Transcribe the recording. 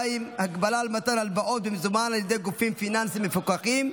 2) (הגבלה על מתן הלוואות במזומן על ידי גופים פיננסיים מפוקחים),